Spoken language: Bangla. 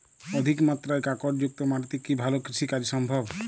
অধিকমাত্রায় কাঁকরযুক্ত মাটিতে কি ভালো কৃষিকাজ সম্ভব?